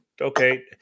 okay